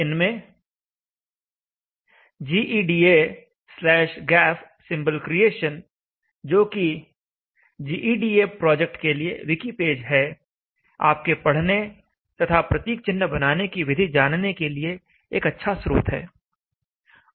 इनमें 'gEDAgaf Symbol Creation' जोकि gEDA project के लिए wiki पेज है आपके पढ़ने तथा प्रतीक चिन्ह बनाने की विधि जानने के लिए एक अच्छा स्रोत है